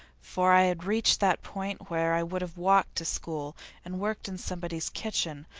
for i had reached that point where i would have walked to school and worked in somebody's kitchen,